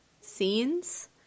scenes